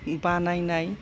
बानायनाय